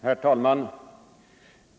Herr talman!